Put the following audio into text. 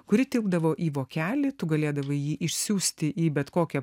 kuri tilpdavo į vokelį tu galėdavai jį išsiųsti į bet kokią